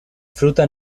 fruta